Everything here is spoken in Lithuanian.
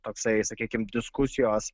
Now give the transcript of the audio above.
toksai sakykim diskusijos